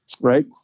Right